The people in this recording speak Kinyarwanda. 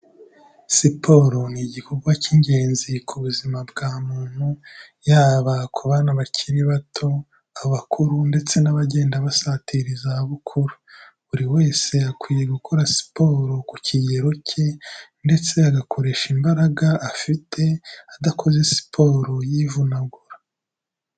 Siporo ni igikorwa cy'ingenzi ku buzima bwa muntu, yaba ku bana bakiri bato, abakuru ndetse n'abagenda basatira izabukuru, buri wese akwiye gukora siporo, ku kigero cye, ndetse agakoresha imbaraga afite, adakoze siporo y'ivunagura.